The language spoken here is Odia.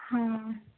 ହଁ